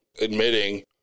admitting